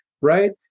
right